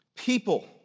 people